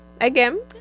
again